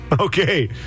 Okay